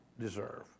deserve